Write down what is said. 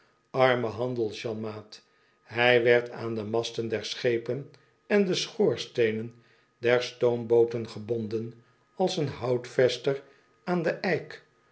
arme handels janmaat hij werd aan de masten der schepen en de schoorsteenen dor stoombooten gebonden als een houtvester aan den eik